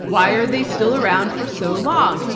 why are they still around for so long?